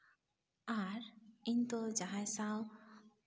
ᱟᱨ ᱤᱧ ᱫᱚ ᱡᱟᱦᱟᱸᱭ ᱥᱟᱶ